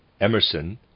Emerson